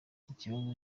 ikibazo